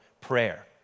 prayer